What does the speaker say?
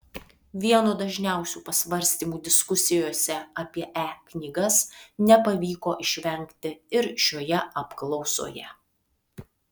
vieno dažniausių pasvarstymų diskusijose apie e knygas nepavyko išvengti ir šioje apklausoje